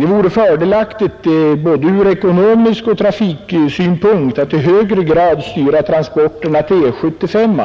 Det vore fördelaktigt både ur ekonomisk och trafiksynpunkt att i högre grad styra transporterna till E 75